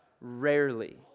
Rarely